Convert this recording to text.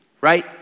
Right